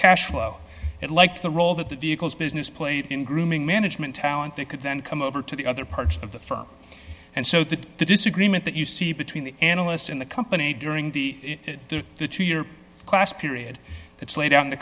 cash flow it like the role that the vehicles business played in grooming management talent that could then come over to the other parts of the firm and so that the disagreement that you see between the analysts in the company during the the two year class period it's laid out in the